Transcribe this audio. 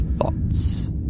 thoughts